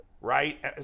right